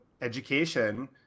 education